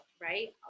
right